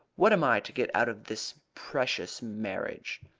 what am i to get out of this precious marriage?